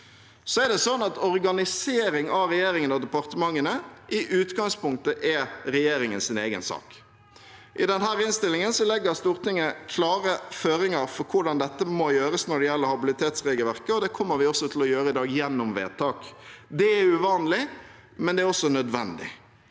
departementene. Organisering av regjeringen og departementene er i utgangspunktet regjeringens egen sak. I denne innstillingen legger Stortinget klare føringer for hvordan dette må gjøres når det gjelder habilitetsregelverket, og det kommer vi også til å gjøre i dag gjennom vedtak. Det er uvanlig, men det er nødvendig.